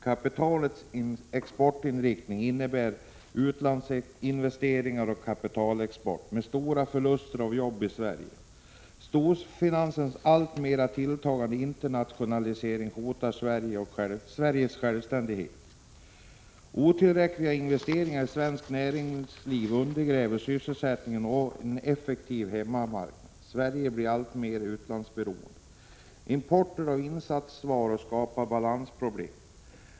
Kapitalets exportinriktning innebär utlandsinvesteringar och kapitalexport med stora förluster av jobb i Sverige. Storfinansens alltmer tilltagande internationalisering hotar Sveriges självständighet. Otillräckliga investeringar i svenskt näringsliv undergräver sysselsättning och en effektiv hemmamarknad. Sverige blir alltmer utlandsberoende. Importen av insatsvaror skapar balansproblem.